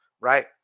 Right